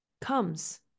comes